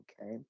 Okay